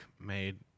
made